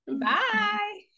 Bye